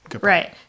Right